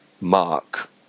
Mark